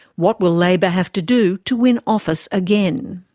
what will labour have to do to win office again?